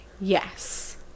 Yes